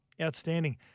Outstanding